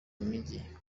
mijyi